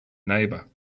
neighbour